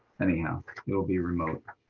anyhow. it will be remote.